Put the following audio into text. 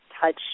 touch